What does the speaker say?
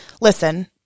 listen